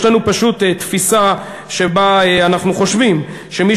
יש לנו פשוט תפיסה שבה אנחנו חושבים שמי